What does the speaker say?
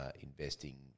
investing